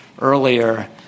earlier